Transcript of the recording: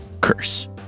curse